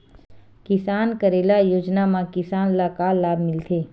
किसान कलेवा योजना म किसान ल का लाभ मिलथे?